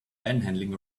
panhandling